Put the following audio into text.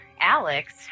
Alex